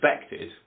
expected